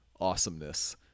awesomeness